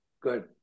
good